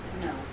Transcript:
No